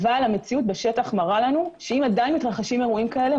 אבל המציאות בשטח מראה לנו שאם עדיין מתרחשים אירועים כאלה,